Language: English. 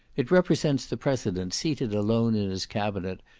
it represents the president seated alone in his cabinet,